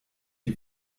die